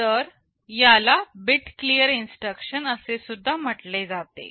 तर याला bit clear instruction असे सुद्धा म्हटले जाते